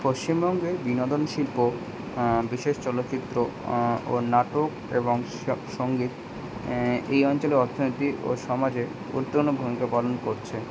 পশ্চিমবঙ্গের বিনোদন শিল্প বিশেষ চলচ্চিত্র ও নাটক এবং সঙ্গীত এই অঞ্চলে অর্থনীতি ও সমাজে গুরুত্বপূর্ণ ভূমিকা পালন করছে